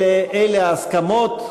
אלה הן ההסכמות.